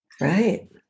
Right